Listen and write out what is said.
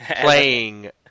playing